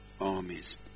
armies